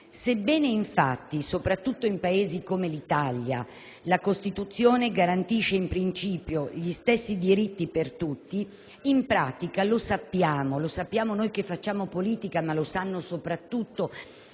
Sebbene, infatti, soprattutto in Paesi come l'Italia, la Costituzione garantisca in principio gli stessi diritti per tutti, in pratica sappiamo - lo sappiamo noi che facciamo politica, ma lo sanno soprattutto